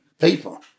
people